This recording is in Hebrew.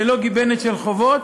ללא גיבנת של חובות.